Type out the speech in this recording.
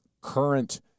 current